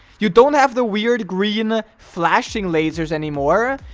you don't have the weird green ah flashing lasers anymore,